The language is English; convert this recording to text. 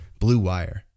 BLUEWIRE